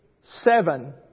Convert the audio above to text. seven